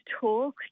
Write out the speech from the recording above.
talk